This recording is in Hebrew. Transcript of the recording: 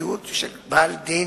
בפרטיות של בעל-דין,